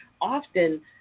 Often